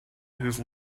whose